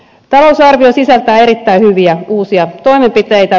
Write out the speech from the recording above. talousarvio sisältää erittäin hyviä uusia toimenpiteitä